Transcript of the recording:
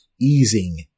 easing